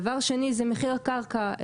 דבר שני, מחיר הקרקע.